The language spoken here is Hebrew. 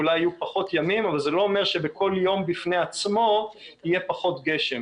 אולי יהיו פחות ימים אבל זה לא אומר שבכל יום בפני עצמו יהיה פחות גשם.